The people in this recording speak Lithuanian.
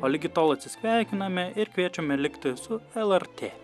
o ligi tol atsisveikiname ir kviečiame likti su lrt